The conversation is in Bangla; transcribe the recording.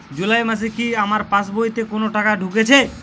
জুলাই মাসে কি আমার পাসবইতে কোনো টাকা ঢুকেছে?